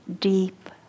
deep